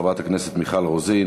חברת הכנסת מיכל רוזין,